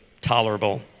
tolerable